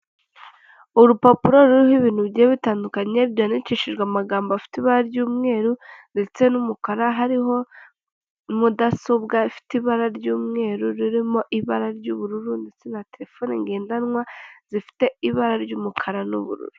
Urupapuro ruriho ibintu bigiye bitandukanye byandikishijwe amagambo afite ibara ry'umweru ndetse n'umukara hariho mudasobwa ifite ibara ry'umweru ririmo ibara ry'ubururu ndetse na terefone ngendanwa zifite ibara ry'umukara n'ubururu .